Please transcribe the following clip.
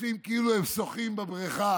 עושים כאילו הם שוחים בבריכה,